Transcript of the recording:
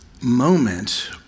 moment